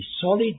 solid